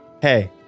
hey